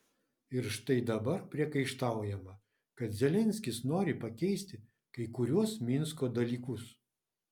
ir štai dabar priekaištaujama kad zelenskis nori pakeisti kai kuriuos minsko dalykus